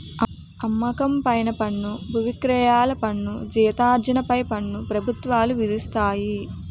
అమ్మకం పైన పన్ను బువిక్రయాల పన్ను జీతార్జన పై పన్ను ప్రభుత్వాలు విధిస్తాయి